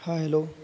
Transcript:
ہاں ہیلو